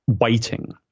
waiting